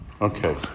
Okay